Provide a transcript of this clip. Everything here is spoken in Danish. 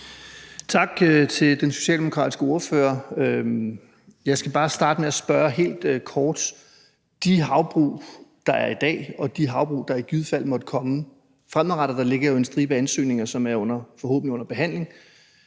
Tak til den socialdemokratiske ordfører. Jeg skal bare starte med at spørge helt kort: Skal de havbrug, der er i dag, og de havbrug, der i givet fald måtte komme fremadrettet – der ligger jo en stribe ansøgninger, som forhåbentlig er under behandling